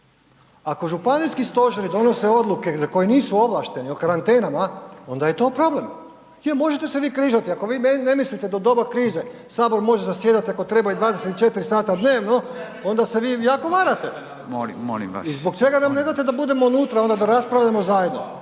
Ako županijski stožeri donose odluke za koje nisu ovlašteni o karantenama onda je to problem. Je možete se vi križati, ako vi ne mislite da u doba krize Sabor može zasjedati ako treba i 24 sata dnevno onda se vi jako varate. I zbog čega nam ne date da budemo unutra onda da raspravljamo zajedno,